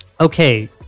Okay